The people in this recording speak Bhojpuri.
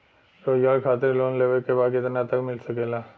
रोजगार खातिर लोन लेवेके बा कितना तक मिल सकेला?